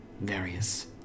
various